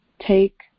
take